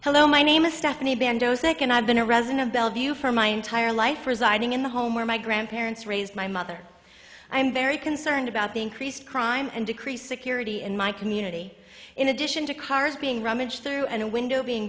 hello my name is stephanie bando sick and i've been a resident of bellevue for my entire life residing in the home where my grandparents raised my mother i am very concerned about the increased crime and decreased security in my community in addition to cars being rummaged through and a window being